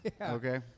Okay